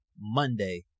Monday